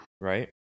right